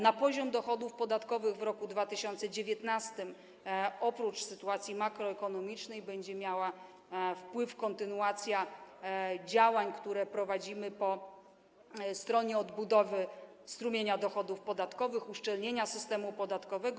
Na poziom dochodów podatkowych w roku 2019, oprócz sytuacji makroekonomicznej, będzie miała wpływ kontynuacja działań, które prowadzimy po stronie odbudowy strumienia dochodów podatkowych, uszczelnienia systemu podatkowego.